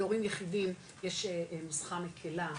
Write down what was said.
להורים יחידים יש נוסחה מקלה,